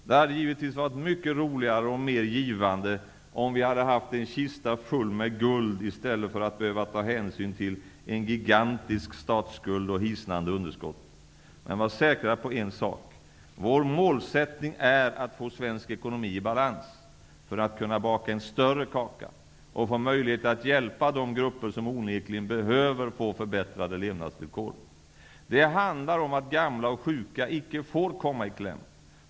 Det hade givetvis varit mycket roligare och mer givande att ha en kista full med guld i stället för att behöva ta hänsyn till en gigantisk statsskuld och hisnande underskott. Men var säkra på en sak: vår målsättning är att få svensk ekonomi i balans, för att kunna baka en större kaka och få möjlighet att hjälpa de grupper som onekligen behöver få förbättrade levnadsvillkor. Det handlar om att se till att de gamla och sjuka icke kommer i kläm.